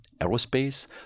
aerospace